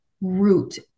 root